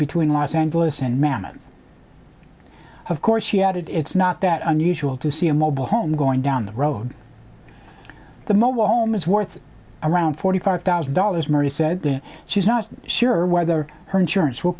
between los angeles and mammoth of course she added it's not that unusual to see a mobile home going down the road the mobile home is worth around forty five thousand dollars murray said she's not sure whether her insurance will